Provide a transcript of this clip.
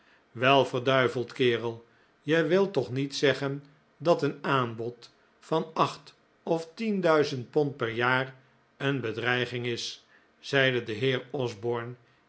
wel verduiveld kerel je wilt toch niet zeggen dat een aanbod van acht of tien duizend pond per jaar een bedreiging is zeide de heer osborne